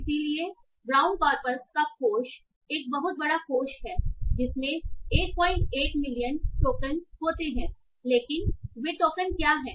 इसलिएब्राउन corpus का कोष एक बहुत बड़ा कोष है जिसमें 11 मिलियन टोकन होते हैं लेकिन वे टोकन क्या हैं